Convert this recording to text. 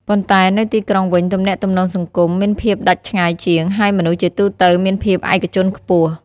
ប៉ុន្តែនៅទីក្រុងវិញ ទំនាក់ទំនងសង្គម មានភាពដាច់ឆ្ងាយជាង ហើយមនុស្សជាទូទៅមានភាពឯកជនខ្ពស់។